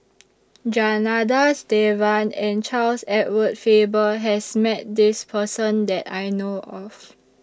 Janadas Devan and Charles Edward Faber has Met This Person that I know of